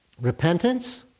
Repentance